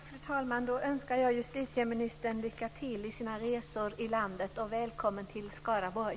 Fru talman! Då önskar jag justitieministern lycka till på resorna i landet och välkommen till Skaraborg.